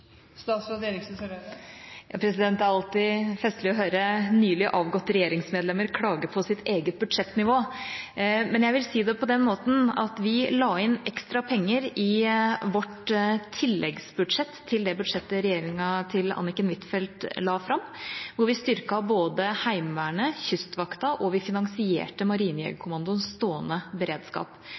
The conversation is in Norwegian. Det er alltid festlig å høre nylig avgåtte regjeringsmedlemmer klage på sitt eget budsjettnivå. Men jeg vil si det på den måten at vi la inn ekstra penger i vårt tilleggsbudsjett til det budsjettet regjeringa til Anniken Huitfeldt la fram, hvor vi styrket både Heimevernet, Kystvakten, og vi finansierte Marinejegerkommandoens stående beredskap.